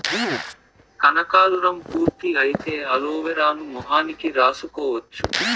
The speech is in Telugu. కనకాలురం పూర్తి అయితే అలోవెరాను మొహానికి రాసుకోవచ్చు